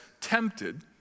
tempted